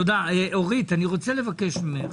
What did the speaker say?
אורית, אני רוצה לבקש ממך,